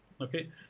okay